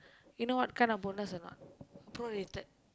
you know what kind of bonus or not prorated